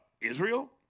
Israel